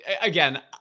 Again